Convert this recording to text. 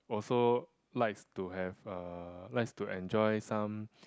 also likes to have uh likes to enjoy some